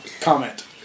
Comment